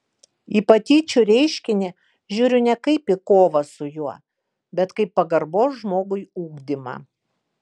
į patyčių reiškinį žiūriu ne kaip į kovą su juo bet kaip pagarbos žmogui ugdymą